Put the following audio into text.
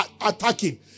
attacking